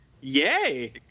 yay